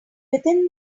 within